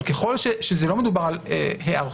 אבל ככל שלא מדובר על היערכות